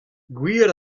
gwir